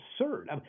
absurd